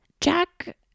Jack